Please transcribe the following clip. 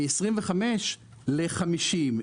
מ-25 ל-50,